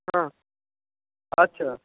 হ্যাঁ আচ্ছা